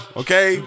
okay